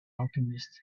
alchemist